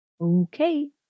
Okay